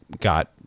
got